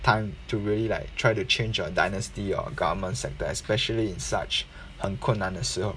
time to really like try to change a dynasty or government sector especially in such 很困难的时候